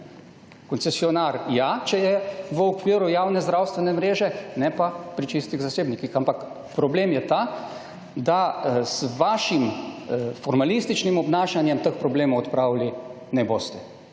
Koncesionar ja, če je v okviru javne zdravstvene mreže, ne pa pri čistih zasebnikih. Ampak problem je ta, da z vašim formalističnim obnašanjem teh problemov odpravili ne boste.